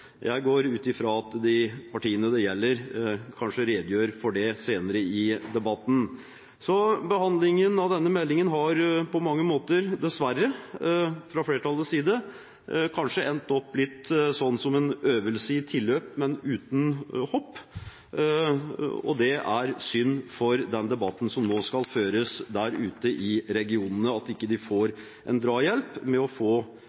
Jeg går ut ifra at de partiene det gjelder, redegjør for det senere i debatten. Behandlingen av denne meldingen har fra flertallets side på mange måter dessverre endt opp som en øvelse i tilløp, men uten hopp. Det er synd for den debatten som nå skal føres ute i regionene, at de ikke får en drahjelp ved å få